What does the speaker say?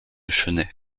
chennai